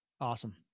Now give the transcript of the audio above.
Awesome